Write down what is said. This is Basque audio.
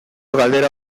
galdera